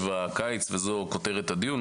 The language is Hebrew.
וגם כי זו כותרת הדיון.